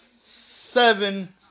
Seven